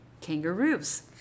Kangaroos